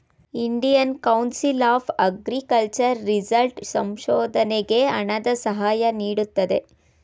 Indian council of agriculture result ಸಂಶೋಧನೆಗೆ ಹಣದ ಸಹಾಯ ನೀಡುತ್ತದೆ